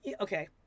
okay